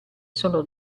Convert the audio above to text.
sono